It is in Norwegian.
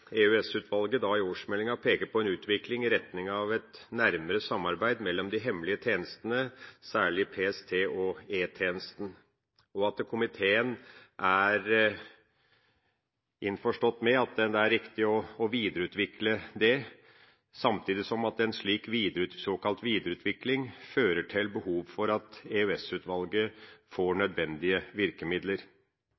i innstillinga at EOS-utvalget i årsmeldinga peker på en utvikling i retning av et nærmere samarbeid mellom de hemmelige tjenestene, særlig PST og E-tjenesten, og at komiteen er innforstått med at det er riktig å videreutvikle det, samtidig som en slik såkalt videreutvikling medfører behov for at EOS-utvalget får